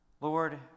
Lord